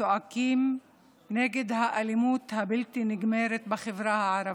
צועקים נגד האלימות הבלתי-נגמרת בחברה הערבית,